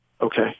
okay